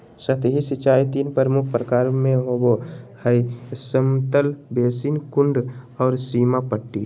सतही सिंचाई तीन प्रमुख प्रकार में आबो हइ समतल बेसिन, कुंड और सीमा पट्टी